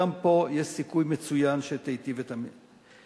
גם פה יש סיכוי מצוין שתיטיב את המצב.